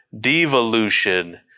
devolution